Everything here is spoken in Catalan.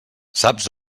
saps